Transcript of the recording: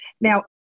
Now